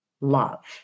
love